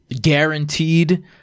guaranteed